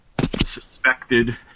suspected